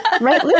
Right